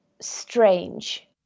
strange